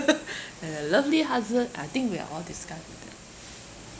and a lovely husband I think we are all disguised with that